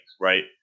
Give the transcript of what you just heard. right